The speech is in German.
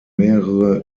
mehrere